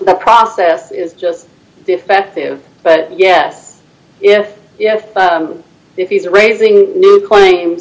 the process is just defective but yes if yes if he's raising claim